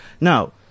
Now